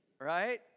Right